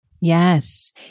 Yes